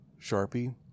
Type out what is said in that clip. sharpie